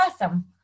awesome